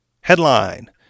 Headline